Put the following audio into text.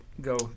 go